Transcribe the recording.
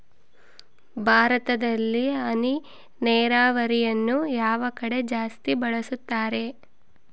ಭಾರತದಲ್ಲಿ ಹನಿ ನೇರಾವರಿಯನ್ನು ಯಾವ ಕಡೆ ಜಾಸ್ತಿ ಬಳಸುತ್ತಾರೆ?